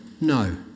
no